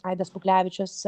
aidas puklevičius